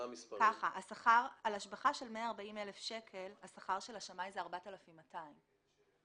השכר על השבחה של 140,000 שקל הוא 4,200 שקלים.